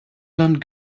blond